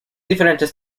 diferentes